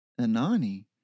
Anani